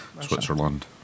Switzerland